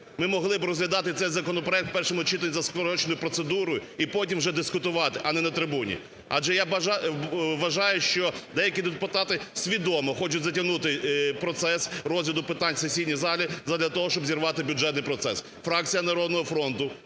ми могли б розглядати цей законопроект в першому читанні за скороченою процедурою і потім вже дискутувати, а не на трибуні. Адже я вважаю, що деякі депутати свідомо хочуть затягнути процес розгляду питань у сесійні залі задля того, щоб зірвати бюджетний процес. Фракція "Народного фронту"